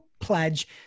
pledge